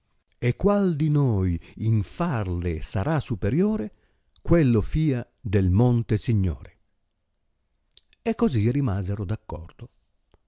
e qual di noi in farle sarà superioi'e quello fia del monte signore e così rimasero